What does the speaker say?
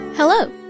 Hello